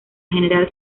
general